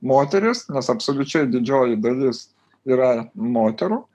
moteris nes absoliučiai didžioji dalis yra moterų